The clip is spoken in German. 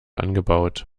angebaut